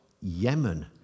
Yemen